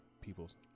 people's